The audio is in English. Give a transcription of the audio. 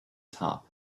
top